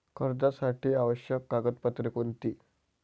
कर्जासाठी आवश्यक कागदपत्रे कोणती?